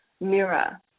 mirror